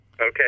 Okay